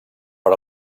per